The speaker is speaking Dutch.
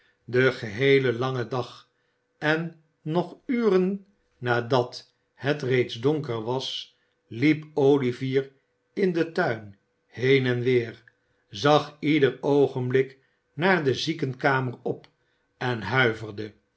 den geheelen langen dag en nog uren nadat het reeds donker was liep olivier in den tuin heen en weer zag ieder oogenblik naar de ziekenkamer op en huiverde